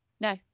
No